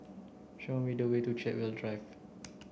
show me the way to Chartwell Drive